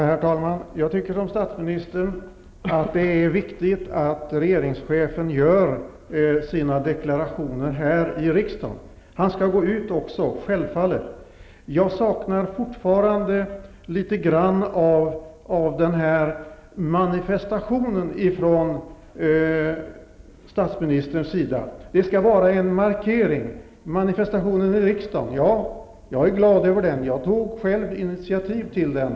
Herr talman! Jag tycker som statsministern att det är viktigt att regeringschefen gör sina deklarationer här i riksdagen. Han skall självfallet också gå ut. Men jag saknar fortfarande litet grand av en manifestation från statsministerns sida. Det skall vara en klar markering. Jag är glad över manifestationen i riksdagen. Jag tog själv initiativ till den.